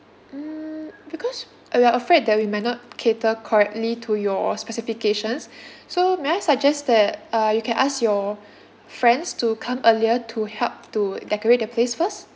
mm because we are afraid that we might not cater correctly to your specifications so may I suggest that uh you can ask your friends to come earlier to help to decorate the place first